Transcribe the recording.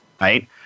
right